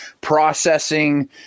processing